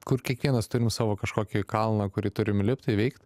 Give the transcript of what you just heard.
kur kiekvienas turim savo kažkokį kalną kurį turim lipt įveikt